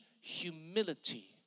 humility